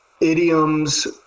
Idioms